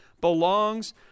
belongs